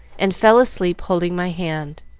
and fell asleep holding my hand.